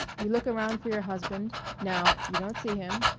you look around for your husband. now you don't see him.